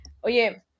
oye